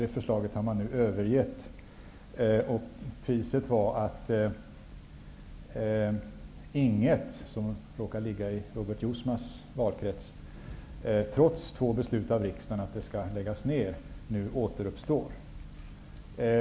Detta förslag har man nu övergivit. Priset var att Ing 1, som råkar ligga i Robert Jousmas valkrets, trots två riksdagsbeslut om att det skall läggas ner, nu återuppstår.